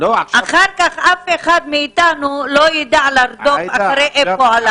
ואחר כך אף אחד מאיתנו לא יידע לרדוף אחרי איפה הלך הכסף.